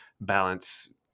balance